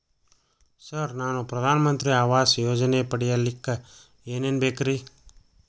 Sir ನಾನು ಪ್ರಧಾನ ಮಂತ್ರಿ ಆವಾಸ್ ಯೋಜನೆ ಪಡಿಯಲ್ಲಿಕ್ಕ್ ಏನ್ ಏನ್ ಬೇಕ್ರಿ?